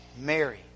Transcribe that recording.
Mary